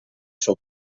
suo